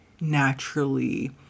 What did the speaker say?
naturally